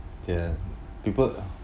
then people are